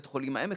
בית חולים העמק,